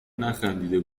نخندیده